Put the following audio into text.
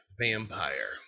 vampire